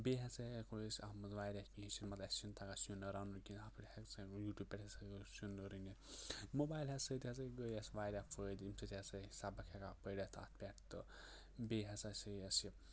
بیٚیہِ ہسا ہؠکو أسۍ اَتھ پؠٹھ واریاہ کینٛہہ ہیٚچھِتھ مطلب اسہِ چھنہٕ تَگان سِیُن رَنُن کینٛہہ اتھ پٮ۪ٹھ ہؠکو أسۍ یوٗٹیوٗب پؠٹھ ہیٚچھو أسۍ یوٗٹیوٗب پٮ۪ٹھ ہٮ۪چھو أسۍ سِیُن رٔنِتھ موبایلہٕ سۭتۍ ہسا گٔے اَسہِ واریاہ فٲیدٕ امہِ سۭتۍ ہسا چھ أسۍ سَبق ہٮ۪کان پٔرِتھ اَتھ پؠٹھ تہٕ بیٚیہِ ہسا چھُ أسۍ یہِ